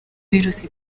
virusi